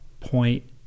point